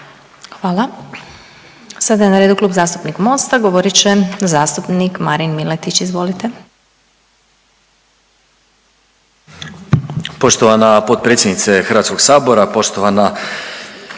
Hvala. Sada je na redu Klub zastupnika Mosta govorit će zastupnik Marin Miletić. Izvolite.